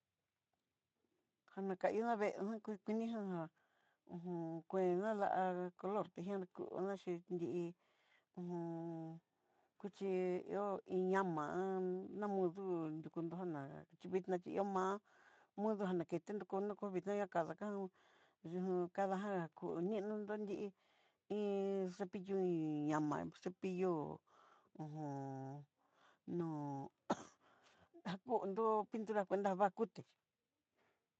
Jana kaió na veejan kue kuini ján, jáho jon kué ján la'a, color tejin kuu ná xhí nrí hu ju kuñi ihó iñama'a namó dú nruku nró ná xhivixná chí hioxmá'a muda jé nakenró konoko viti'á kadakuandó, uju kadajá kuninró no nrí iin cepillo iin ñamá cepillo ojon no'o ¡han! Nakondó pintura kuenta vakuté.